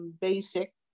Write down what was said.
basic